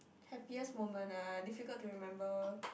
happiest moment ah difficult to remember